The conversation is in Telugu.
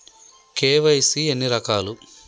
కే.వై.సీ ఎన్ని రకాలు?